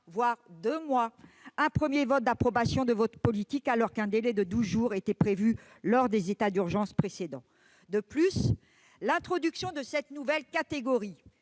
voire deux mois, un premier vote d'approbation de votre politique, alors qu'un délai de douze jours était prévu lors des états d'urgence précédents. De plus, l'introduction de cette nouvelle catégorie